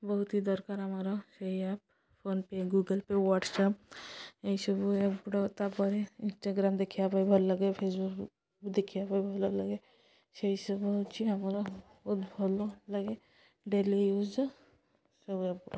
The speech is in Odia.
ବହୁତ ହି ଦରକାର୍ ଆମର ସେଇ app PhonePe Google Pay WhatsApp ଏଇସବୁ ଆପ୍ ଗୁଡ଼ା ତା'ପରେ ଇନ୍ଷ୍ଟାଗ୍ରାମ୍ ଦେଖିବା ପାଇଁ ଭଲ୍ ଲାଗେ ଫେସ୍ବୁକ୍ ଦେଖିବା ପାଇଁ ଭଲ୍ ଲାଗେ ସେଇସବୁ ହେଉଛି ଆମର ବହୁତ ଭଲ ଲାଗେ ଡେଲି ୟୁଜ୍ ସବୁ ଆପ୍